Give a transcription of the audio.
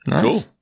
Cool